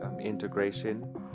integration